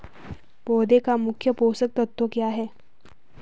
पौधें का मुख्य पोषक तत्व क्या है?